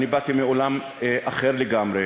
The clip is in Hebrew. אני באתי מעולם אחר לגמרי.